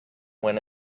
when